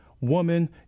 woman